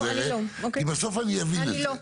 כי בסוף אני אבין את זה.